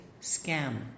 scam